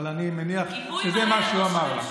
אבל אני מניח שזה מה שהוא אמר.